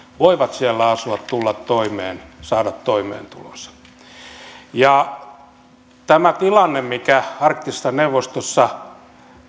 voivat siellä asua tulla toimeen saada toimeentulonsa tämä tilanne mikä arktisessa neuvostossa